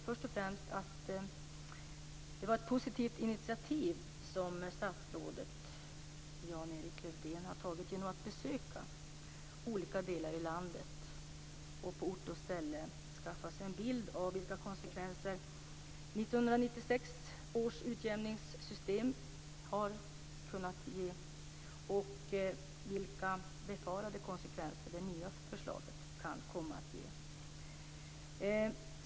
Först och främst tycker jag att det var ett positivt initiativ som statsrådet Lars-Erik Lövdén tog genom att besöka olika delar av landet för att på ort och ställe skaffa sig en bild av vilka konsekvenser 1996 års utjämningssystem har kunnat ge och vilka befarade konsekvenser det nya kan komma att ge.